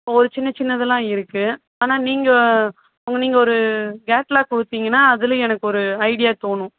ஒரு சின்ன சின்ன இதெலாம் இருக்குது ஆனால் நீங்கள் நீங்கள் ஒரு கேட்லாக் கொடுத்தீங்கன்னா அதில் எனக்கு ஒரு ஐடியா தோணும்